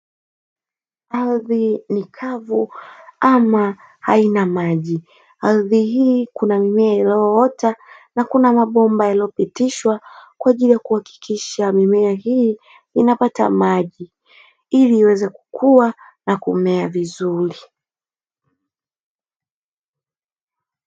Ardhi i kavu ama haina maji. Ardhi hii kuna mimea iliyoota na kuna mabomba yaliyopitishwa kwa ajili ya kuhakikisha mimea hii inapata maji ili iweze kukua na kumea vizuri.